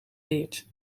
weerd